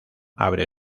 abre